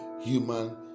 human